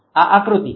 આ આકૃતિ છે